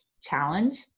challenge